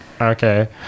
okay